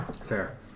Fair